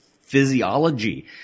physiology